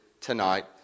tonight